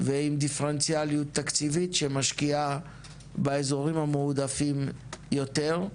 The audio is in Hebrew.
ועם דיפרנציאליות תקציבית שמשקיעה באזורים המועדפים יותר.